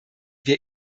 wir